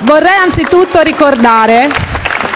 Vorrei anzitutto ricordare